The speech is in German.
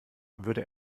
würde